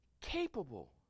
capable